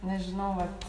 nežinau vat